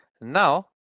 Now